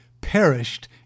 perished